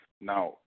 Now